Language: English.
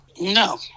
no